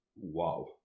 Wow